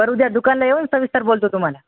करू द्या दुकानला येऊन सविस्तर बोलतो